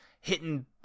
hitting